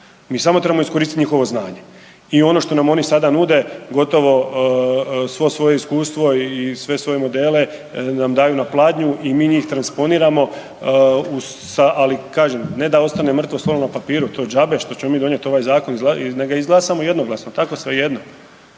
mi samo trebamo iskoristiti njihovo znanje i ono što nam oni sada nude gotovo svo svoje iskustvo i sve svoje modele nam daju na pladnju i mi njih transponiramo. Ali kažem ne da ostane mrtvo slovo na papiru to je džabe što ćemo mi donijeti ovaj zakon i nek ga izglasamo i jednoglasno tako svejedno